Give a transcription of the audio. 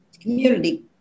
community